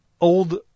old